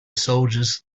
soldiers